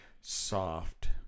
soft